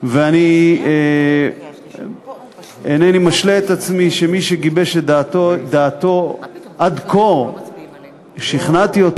אני אינני משלה את עצמי שמי שגיבש את דעתו עד כה שכנעתי אותו